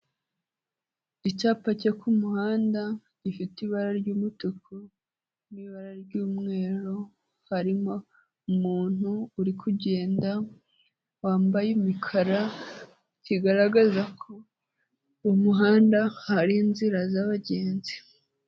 Icyapa cyo ku muhanda gifite ibara ry'umutuku n'ibara ry'umweru, harimo umuntu uri kugenda wambaye imikara, kigaragaza ko mu muhanda hari inzira z'abagenzi.